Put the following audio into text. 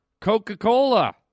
Coca-Cola